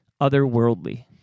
otherworldly